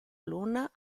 luna